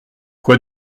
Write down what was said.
quoi